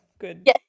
good